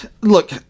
look